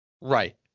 Right